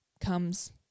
comes